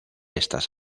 estas